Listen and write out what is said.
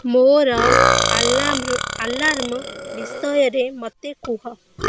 ମୋର ଆଲାର୍ମ ବିଷୟରେ ମୋତେ କୁହ